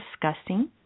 disgusting